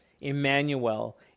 Emmanuel